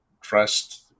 trust